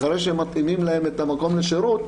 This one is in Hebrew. אחרי שמתאימים להם את המקום לשירות,